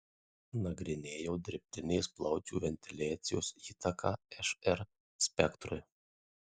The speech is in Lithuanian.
nagrinėjo dirbtinės plaučių ventiliacijos įtaką šr spektrui